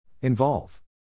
Involve